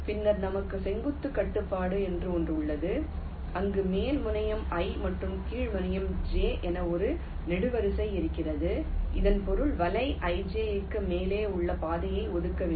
பின்னர் நமக்கு செங்குத்து கட்டுப்பாடு என்று ஒன்று உள்ளது அங்கு மேல் முனையம் i மற்றும் கீழ் முனையம் j என ஒரு நெடுவரிசை இருக்கிறது இதன் பொருள் வலை i j க்கு மேலே உள்ள பாதையை ஒதுக்க வேண்டும்